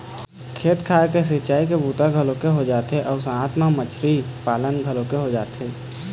खेत खार के सिंचई के बूता घलोक हो जाथे अउ साथ म मछरी पालन घलोक हो जाथे